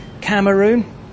Cameroon